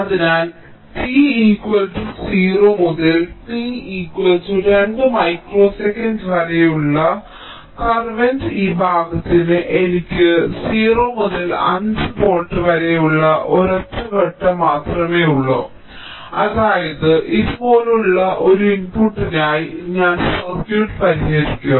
അതിനാൽ t 0 മുതൽ t 2 microsecond വരെയുള്ള കർവ്ന്റെ ഈ ഭാഗത്തിന് എനിക്ക് 0 മുതൽ 5 വോൾട്ട് വരെയുള്ള ഒരൊറ്റ ഘട്ടം മാത്രമേ ഉള്ളൂ അതായത് ഇതുപോലുള്ള ഒരു ഇൻപുട്ടിനായി ഞാൻ സർക്യൂട്ട് പരിഹരിക്കും